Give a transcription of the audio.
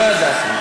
לא ידעתי.